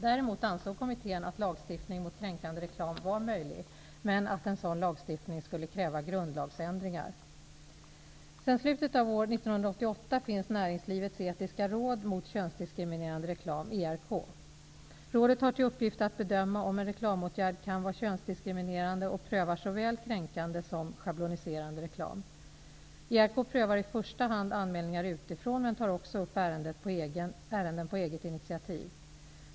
Däremot ansåg kommittén att lagstiftning mot kränkande reklam var möjlig, men att en sådan lagstiftning skulle kräva grundlagsändringar. Sedan slutet av år 1988 finns Näringslivets etiska råd mot könsdiskriminerande reklam . Rådet har till uppgift att bedöma om en reklamåtgärd kan vara könsdiskriminerande och prövar såväl kränkande som schabloniserande reklam. ERK prövar i första hand anmälningar utifrån, men tar också upp ärenden på eget initiativ.